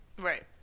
Right